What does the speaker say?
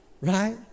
Right